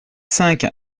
cinq